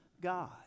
God